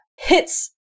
hits